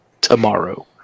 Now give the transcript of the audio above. tomorrow